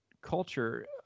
culture